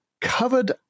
covered